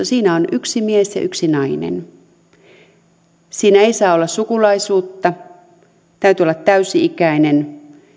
siinä on yksi mies ja yksi nainen siinä ei saa olla sukulaisuutta täytyy olla täysi ikäinen